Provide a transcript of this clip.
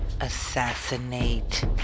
Assassinate